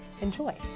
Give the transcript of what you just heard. Enjoy